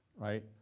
right?